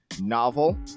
novel